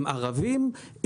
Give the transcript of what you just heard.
עם ערבים,